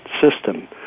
system